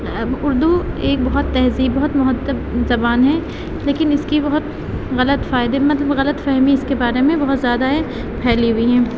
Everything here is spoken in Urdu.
اردو ایک بہت تہذیب بہت مہذب زبان ہے لیکن اس کی بہت غلط فائدے مطلب غلط فہمی اس کے بارے میں بہت زیادہ ہے پھیلی ہوئی ہیں